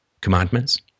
commandments